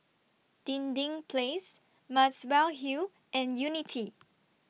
Dinding Place Muswell Hill and Unity